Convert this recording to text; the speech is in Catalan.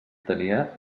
tenia